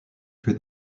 que